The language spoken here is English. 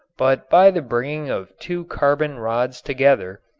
but by the bringing of two carbon rods together,